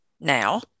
now